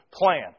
plan